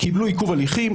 קיבלו עיכוב הליכים.